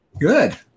Good